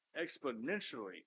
exponentially